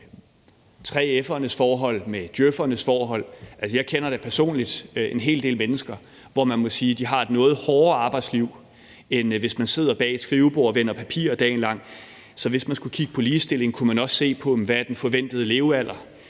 3F'ernes forhold med djøf'ernes forhold. Altså, jeg kender da personligt en hel del mennesker, hvor man må sige, at de har et noget hårdere arbejdsliv end nogle, der sidder bag et skrivebord og vender papirer dagen lang. Så hvis man skulle kigge på ligestilling, kunne man også se på: Hvad er den forventede levealder?